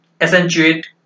accentuate